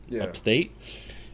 upstate